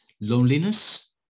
Loneliness